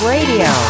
Radio